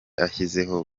ashyizeho